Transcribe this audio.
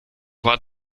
war